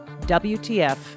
WTF